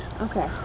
Okay